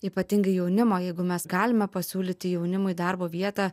ypatingai jaunimo jeigu mes galime pasiūlyti jaunimui darbo vietą